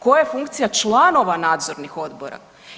Koja je funkcija članova nadzornih odbora?